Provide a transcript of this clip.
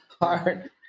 hard